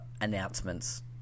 announcements